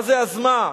מה זה אז מה?